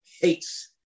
hates